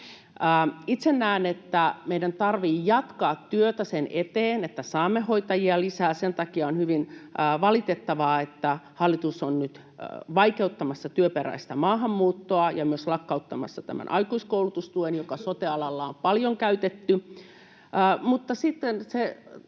Itse näen, että meidän tarvitsee jatkaa työtä sen eteen, että saamme hoitajia lisää. Sen takia on hyvin valitettavaa, että hallitus on nyt vaikeuttamassa työperäistä maahanmuuttoa ja myös lakkauttamassa tämän aikuiskoulutustuen, joka sote-alalla on paljon käytetty.